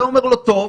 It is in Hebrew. אתה אומר לו: טוב.